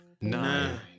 nine